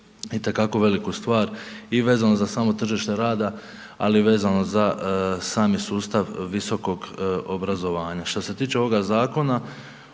itekako veliku stvar i vezano za samo tržište ali i vezano za sami sustav visokog obrazovanja. Što se tiče ovoga zakona,